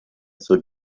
zur